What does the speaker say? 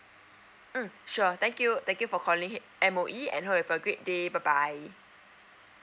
mm sure thank you thank you for calling M_O_E and have a great day bye bye